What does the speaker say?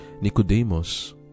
Nicodemus